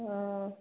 हँ